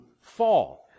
fall